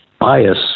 bias